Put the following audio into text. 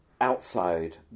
outside